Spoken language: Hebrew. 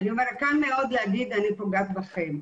קל מאוד להגיד אני פוגעת בכם.